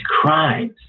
crimes